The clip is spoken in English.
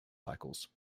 cycles